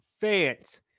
fans